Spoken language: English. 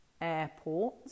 Airport